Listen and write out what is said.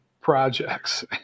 projects